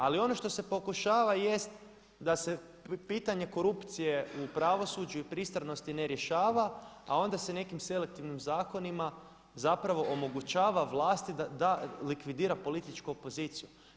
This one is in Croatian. Ali ono što se pokušava jest da se pitanje korupcije u pravosuđu i pristranosti ne rješava a onda se nekim selektivnim zakonima zapravo omogućava vlasti da likvidira političku opoziciju.